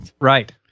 Right